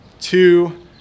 two